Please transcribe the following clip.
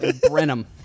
Brenham